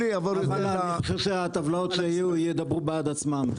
אני חושב שהטבלאות שיהיו ידברו בעד עצמן.